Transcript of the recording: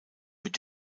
mit